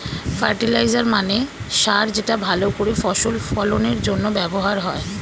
fertiliser মানে সার যেটা ভালো করে ফসল ফলনের জন্য ব্যবহার হয়